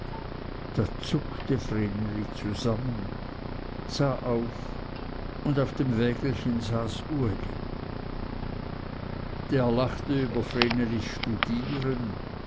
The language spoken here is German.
da zuckte vreneli zusammen sah auf und auf dem wägelchen saß uli der lachte über vrenelis studieren